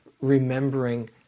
remembering